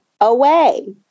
away